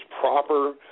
proper